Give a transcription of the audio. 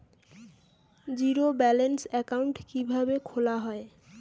Zero balance account কিভাবে খোলা হয়?